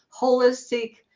Holistic